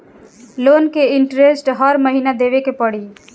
Loan के interest हर महीना देवे के पड़ी?